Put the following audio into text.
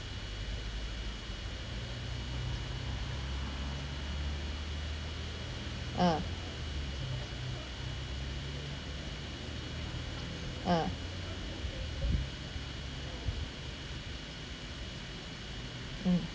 ah ah mm